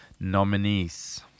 nominees